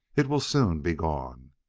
it will soon be gone.